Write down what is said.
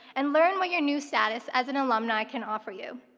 and learn what your new status as an alumni can offer you.